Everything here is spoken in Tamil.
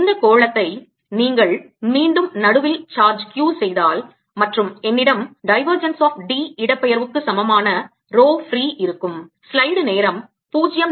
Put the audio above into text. இந்த கோளத்தை நீங்கள் மீண்டும் நடுவில் சார்ஜ் Q செய்தால் மற்றும் என்னிடம் divergence of D இடப்பெயர்வுக்கு சமமான ரோ ஃப்ரீ இருக்கும்